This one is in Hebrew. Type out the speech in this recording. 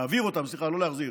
להעביר אותם, לא להחזיר,